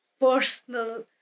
personal